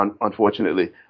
unfortunately